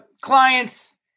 clients